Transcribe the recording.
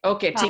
Okay